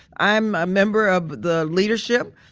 i'm a member of the leadership,